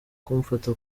kumfata